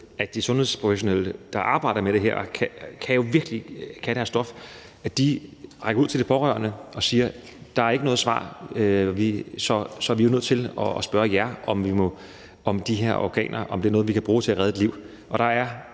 at de sundhedsprofessionelle, der arbejder med det her, og som virkelig kan deres stof, rækker ud til de pårørende og siger: Der er ikke noget svar, så vi er nødt til at spørge jer, om vi må bruge de her organer til at redde liv.